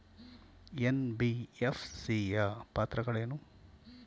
NBFC ಯ ಪಾತ್ರಗಳೇನು?